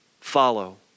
follow